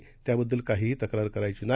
मला त्याबाबत काहीही तक्रार करायची नाही